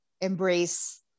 embrace